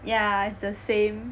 yeah it's the same